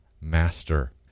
master